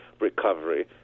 recovery